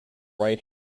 right